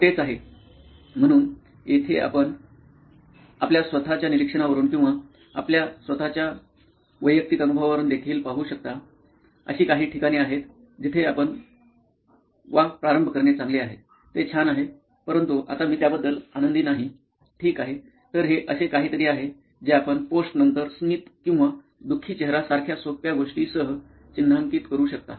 तर तेच आहे म्हणून येथे आपण आपल्या स्वत च्या निरीक्षणावरून किंवा आपल्या स्वतःच्या वैयक्तिक अनुभवावरून देखील पाहू शकता अशी काही ठिकाणे आहेत जिथे आपण व्वा प्रारंभ करणे चांगले आहे ते छान आहे परंतु आता मी त्याबद्दल आनंदी नाही ठीक आहे तर हे असे काहीतरी आहे जे आपण पोस्ट नंतर स्मित किंवा दु खी चेहरा सारख्या सोप्या गोष्टी सह चिन्हांकित करू शकता